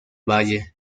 valle